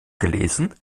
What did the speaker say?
gelesen